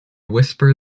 whisper